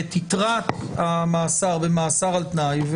ואת יתרת המאסר במאסר על תנאי,